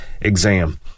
exam